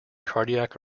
cardiac